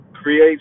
create